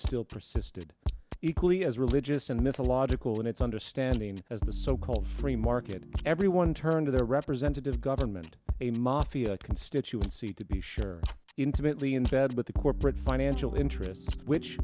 still persisted equally as religious and mythological in its understanding as the so called free market everyone turned to their representative government a mafia constituency to be sure intimately in bed with the corporate financial interests which